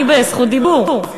אני בזכות דיבור.